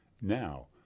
Now